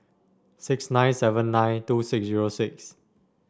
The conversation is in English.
six nine seven nine two six zero six